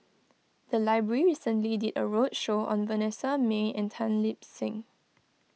the library recently did a roadshow on Vanessa Mae and Tan Lip Seng